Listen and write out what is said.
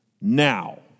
now